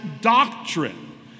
doctrine